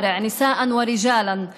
הנשק נפוץ ומאיים על ביטחוננו ושלומנו.